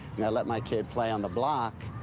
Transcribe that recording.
and i let my kid play on the block.